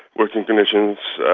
working conditions,